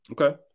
Okay